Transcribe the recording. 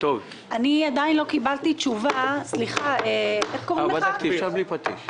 אבל אני עדיין לא קיבלתי תשובה מדביר לגבי מצב החריגה מיעד